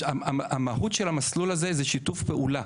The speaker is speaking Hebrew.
המהות של המסלול הזה זה שיתוף פעולה,